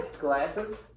glasses